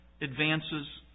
advances